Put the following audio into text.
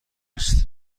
است